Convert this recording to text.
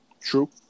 True